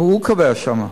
הוא קובע שם.